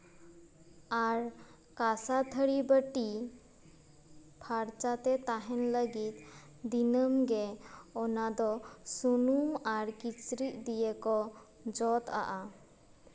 ᱟᱨ ᱠᱟᱸᱥᱟ ᱛᱷᱟᱹᱨᱤ ᱵᱟᱹᱴᱤ ᱯᱷᱟᱨᱪᱟᱛᱮ ᱛᱟᱦᱮᱱ ᱞᱟᱹᱜᱤᱫ ᱫᱤᱱᱟᱹᱢᱜᱮ ᱚᱱᱟ ᱫᱚ ᱥᱩᱱᱩᱢ ᱟᱨ ᱠᱤᱪᱨᱤᱡ ᱫᱤᱭᱮ ᱠᱚ ᱡᱚᱫ ᱟᱜᱼᱟ